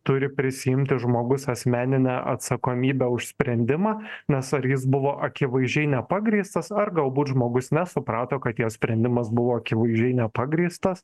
turi prisiimti žmogus asmeninę atsakomybę už sprendimą nes ar jis buvo akivaizdžiai nepagrįstas ar galbūt žmogus nesuprato kad jo sprendimas buvo akivaizdžiai nepagrįstas